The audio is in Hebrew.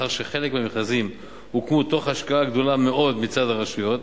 ומאחר שחלק מהמרכזים הוקמו תוך השקעה גדולה מאוד מצד הרשויות,